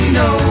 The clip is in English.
no